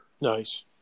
nice